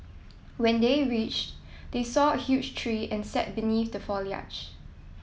when they reached they saw a huge tree and sat beneath the foliage